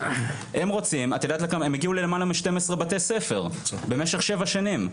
הם הגיעו ללמעלה מ-12 בתי ספר במשך שבע שנים.